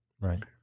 right